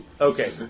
Okay